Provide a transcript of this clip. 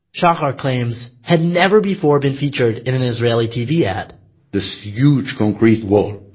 shahar claims, had never before been featured in an israeli tv ad this huge concrete wall.